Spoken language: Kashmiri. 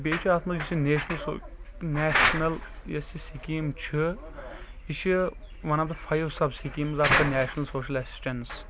بیٚیہِ چُھ اَتھ منٛز یُس یہِ نیشنل نیشنل یۄس یہ سِکیٖم چھ یہِ چھ ونان پتہٕ five sub schemes of the national social assistance